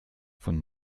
von